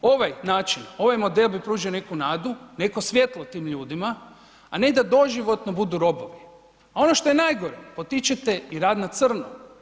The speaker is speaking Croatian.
Ovaj način, ovaj model bi pružio neku nadu, neko svjetlo tim ljudima, a ne da doživotno budu robovi, a ono što je najgore potičete i rad na crno.